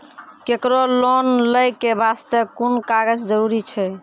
केकरो लोन लै के बास्ते कुन कागज जरूरी छै?